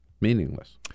meaningless